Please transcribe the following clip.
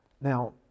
Now